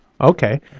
Okay